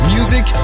Music